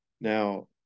Now